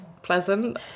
pleasant